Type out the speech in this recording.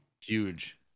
huge